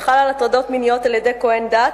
וחל על הטרדות מיניות על-ידי כוהן דת,